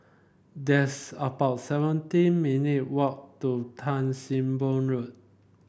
that's about seventeen minute walk to Tan Sim Boh Road